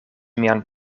mian